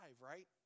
right